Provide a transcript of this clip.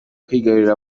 kwigarurira